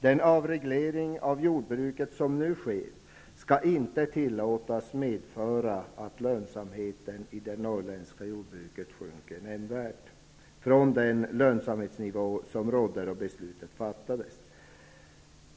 Den avreglering av jordbruket som nu sker skall inte tillåtas medföra att lönsamheten i det norrländska jordbruket sjunker nämnvärt från den lönsamhetsnivå som rådde då beslutet fattades.